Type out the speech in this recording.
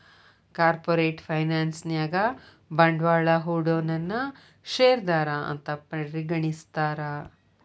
corporate finance ನ್ಯಾಗ ಬಂಡ್ವಾಳಾ ಹೂಡೊನನ್ನ ಶೇರ್ದಾರಾ ಅಂತ್ ಪರಿಗಣಿಸ್ತಾರ